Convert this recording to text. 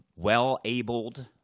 well-abled